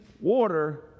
Water